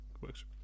works